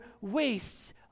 wastes